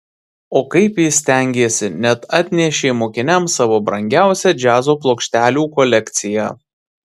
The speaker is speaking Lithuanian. o kaip jis stengėsi net atnešė mokiniams savo brangiausią džiazo plokštelių kolekciją